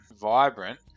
vibrant